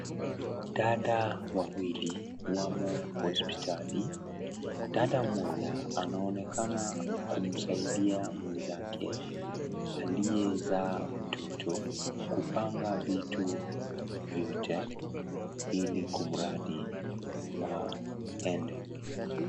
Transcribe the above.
Dada wawili wamo hospitalini , dada mmoja anaonekana kumsaidia mwenzake aliyezaa mtoto kupanga vitu vyote ili kumradhi aende.